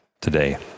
today